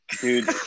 dude